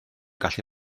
gallu